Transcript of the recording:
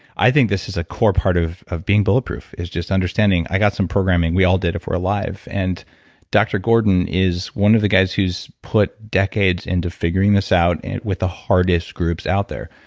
i think this is a core part of of being bulletproof, is just understanding i got some programming. we all did if we're alive and dr. gordon is one of the guys who's put decades into figuring this out with the hardest groups out there.